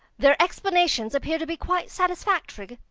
their explanations appear to be quite satisfactory,